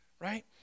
right